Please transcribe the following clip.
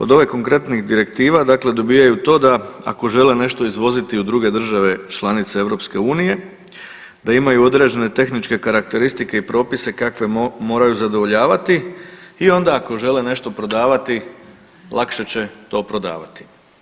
Od ovih konkretnih direktiva dakle dobijaju to da ako žele nešto izvoziti u druge države članice EU da imaju određene tehničke karakteristike i propise kakve moraju zadovoljavati i onda ako žele nešto prodavati lakše će to prodavati.